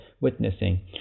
witnessing